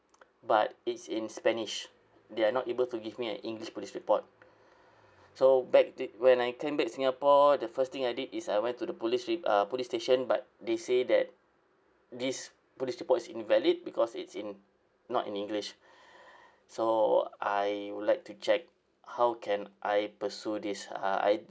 but it's in spanish they are not able to give me an english police report so back to when I came back singapore the first thing I did is I went to the police re~ uh police station but they say that this police report is invalid because it's in not in english so I would like to check how can I pursue this uh I